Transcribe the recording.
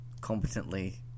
competently